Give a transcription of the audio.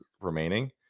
remaining